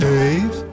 Dave